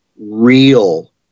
real